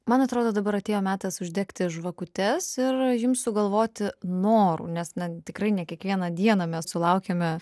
man atrodo dabar atėjo metas uždegti žvakutes ir jums sugalvoti norų nes na tikrai ne kiekvieną dieną mes sulaukiame